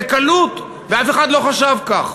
בקלות, ואף אחד לא חשב כך.